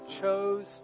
chose